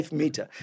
meter